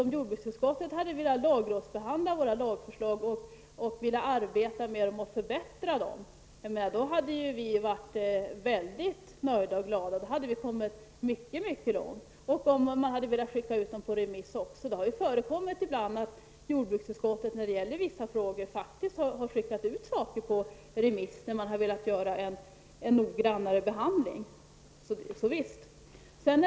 Om jordbruksutskottet hade velat lagrådsbehandla våra lagförslag, velat arbeta med dem och förbättra dem hade vi varit väldigt nöjda och glada. Då hade vi kommit mycket långt. Detsamma gäller om man hade velat skicka ut dem på remiss. Det har förekommit ibland att jordbruksutskottet faktiskt har skickat ut vissa frågor på remiss, när man har velat göra en noggrannare behandling.